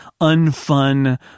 unfun